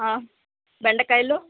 బెండకాయలు